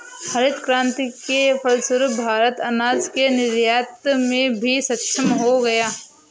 हरित क्रांति के फलस्वरूप भारत अनाज के निर्यात में भी सक्षम हो गया